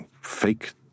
fake